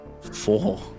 four